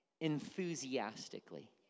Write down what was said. enthusiastically